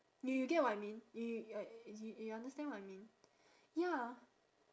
you you get what I mean you uh you understand what I mean ya